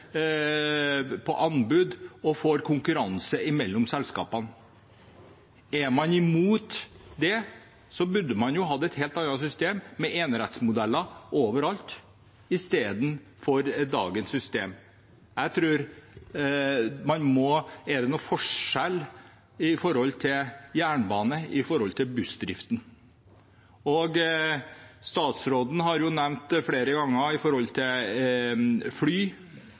på anbud, man kjører disse på anbud og får konkurranse mellom selskapene. Er man imot det, burde man jo hatt et helt annet system, enerettsmodeller overalt istedenfor dagens system. Er det noen forskjell på jernbane i forhold til bussdriften? Statsråden har nevnt det flere ganger når det gjelder fly. Til